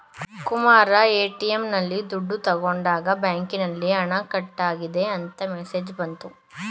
Kumara ATM ನಲ್ಲಿ ದುಡ್ಡು ತಗೊಂಡಾಗ ಬ್ಯಾಂಕಿನಲ್ಲಿ ಹಣ ಕಟ್ಟಾಗಿದೆ ಅಂತ ಮೆಸೇಜ್ ಬಂತು